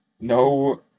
No